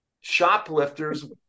shoplifters